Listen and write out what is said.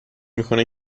میکنه